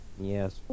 Yes